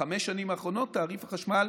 בחמש השנים האחרונות תעריף החשמל,